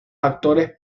actores